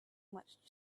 much